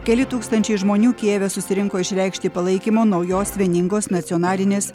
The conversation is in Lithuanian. keli tūkstančiai žmonių kijeve susirinko išreikšti palaikymo naujos vieningos nacionalinės